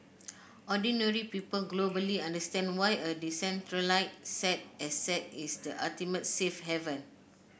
ordinary people globally understand why a decentralized asset is the ultimate safe haven